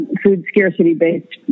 food-scarcity-based